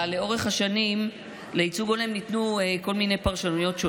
אבל לאורך השנים לייצוג הולם ניתנו כל מיני פרשנויות.